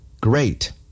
Great